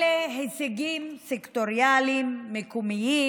אלה הישגים סקטוריאליים מקומיים,